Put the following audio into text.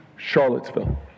Charlottesville